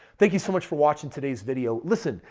thank you so much for watching today's video. listen,